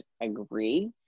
agree